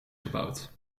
gebouwd